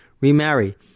remarry